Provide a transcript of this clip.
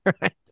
Right